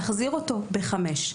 להחזיר אותו בשעה בחמש.